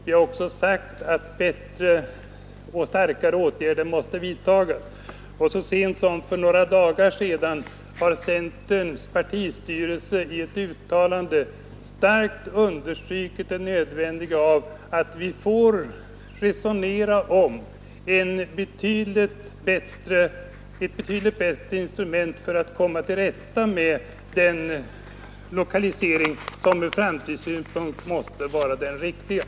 Vi har också sagt att bättre och starkare åtgärder måste vidtas. Så sent som för några dagar sedan underströk centerns partistyrelse i ett uttalande starkt nödvändigheten av att vi får ett betydligt bättre instrument för att åstadkomma den för framtiden riktiga lokaliseringen och regionalpolitiken.